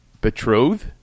betrothed